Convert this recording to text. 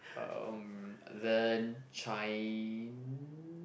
um then chin~